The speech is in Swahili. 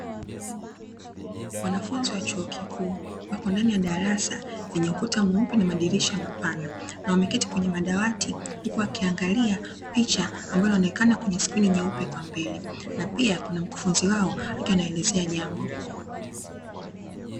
Wanafunzi wa chuo kikuu wako ndani ya darasa lenye ukuta mweupe na madirisha mapana na wameketi kwenye madawati, huku wakiangalia picha ambayo inaonekana kwenye sikirini nyeupe kwa mbele na pia kuna mkufunzi wao akiwa anaelezea jambo.